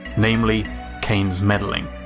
namely kane's meddling.